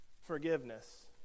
forgiveness